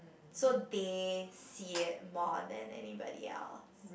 so they see it more than anybody else